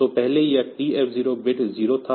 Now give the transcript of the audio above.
तो पहले यह TF0 बिट 0 था